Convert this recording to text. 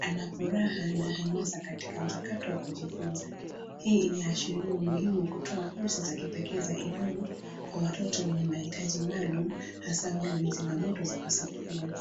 Ana furaha na hamasa katika mchakato wa kujifunza. Hii inaashiria umuhimu wa kutoa fursa za kipekee ya elimu, kwa watoto wenye mahitaji maalum, hasaa wale wenye changamoto za kusikia.